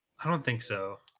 i don't think so